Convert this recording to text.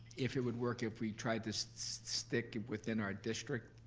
if it would work, if we tried to so stick within our district?